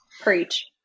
Preach